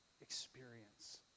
experience